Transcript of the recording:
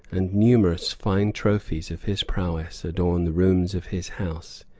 and numerous fine trophies of his prowess adorn the rooms of his house.